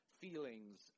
feelings